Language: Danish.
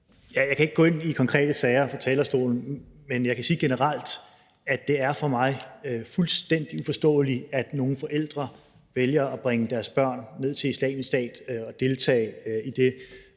Jeg kan ikke gå ind i konkrete sager fra talerstolen, men jeg kan sige generelt, at det for mig er fuldstændig uforståeligt, at nogle forældre vælger at bringe deres børn ned til Islamisk Stat og deltage i det